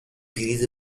پریز